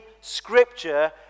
scripture